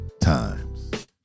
times